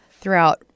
throughout